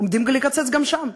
עומדים לקצץ גם שם.